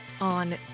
on